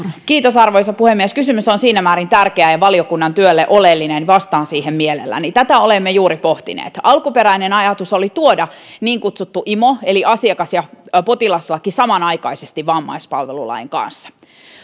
vastauspuheenvuoro arvoisa puhemies kysymys on siinä määrin tärkeä ja valiokunnan työlle oleellinen että vastaan siihen mielelläni tätä olemme juuri pohtineet alkuperäinen ajatus oli tuoda niin kutsuttu imo eli asiakas ja potilaslaki samanaikaisesti vammaispalvelulain kanssa